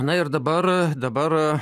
na ir dabar dabar